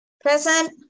Present